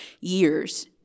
years